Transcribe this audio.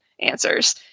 answers